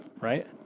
Right